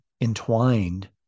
entwined